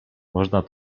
można